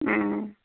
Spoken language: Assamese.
ও